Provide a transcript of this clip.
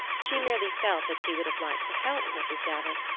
she merely felt that she would have liked to help mrs. davant,